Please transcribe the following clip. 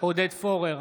עודד פורר,